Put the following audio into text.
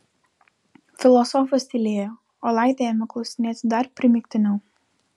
filosofas tylėjo o laidė ėmė klausinėti dar primygtiniau